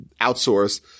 outsource